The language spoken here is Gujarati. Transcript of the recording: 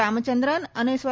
રામચંદ્રન અને સ્વ